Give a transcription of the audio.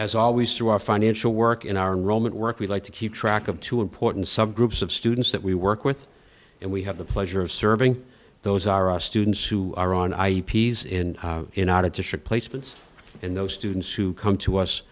as always through our financial work in our roman work we like to keep track of two important subgroups of students that we work with and we have the pleasure of serving those are our students who are on i p's in in out of the ship placements and those students who come to us